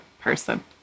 person